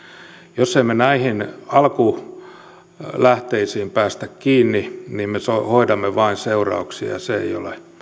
jos emme näihin alkulähteisiin pääse kiinni niin me hoidamme vain seurauksia ja se ei ole